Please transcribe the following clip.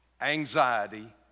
Anxiety